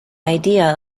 idea